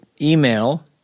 email